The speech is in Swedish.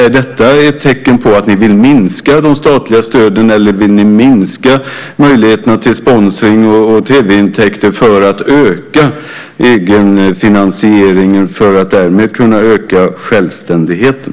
Är detta ett tecken på att ni vill minska de statliga stöden, eller vill ni minska möjligheterna till sponsring och tv-intäkter för att öka egenfinansieringen för att därmed kunna öka självständigheten?